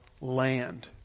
land